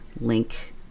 link